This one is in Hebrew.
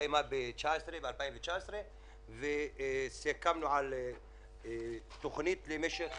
שהסתיימה ב-2019 וסיכמנו על תוכנית למשך